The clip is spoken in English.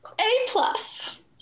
A-plus